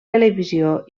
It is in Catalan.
televisió